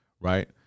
right